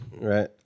Right